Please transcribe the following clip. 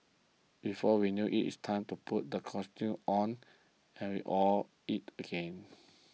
before we know it's time to put the costume on hurry off it begin